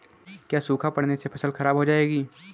क्या सूखा पड़ने से फसल खराब हो जाएगी?